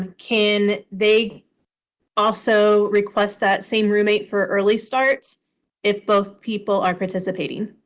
can they also request that same roommate for early start if both people are participating?